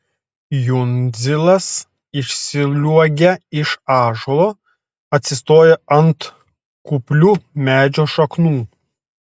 jundzilas išsliuogia iš ąžuolo atsistoja ant kuplių medžio šaknų